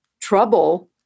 trouble